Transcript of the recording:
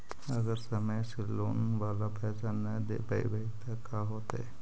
अगर समय से लोन बाला पैसा न दे पईबै तब का होतै?